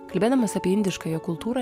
kalbėdamas apie indiškąją kultūrą